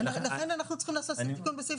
לכן אנחנו צריכים לעשות תיקון בסעיף